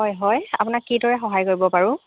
হয় হয় আপোনাক কিদৰে সহায় কৰিব পাৰোঁ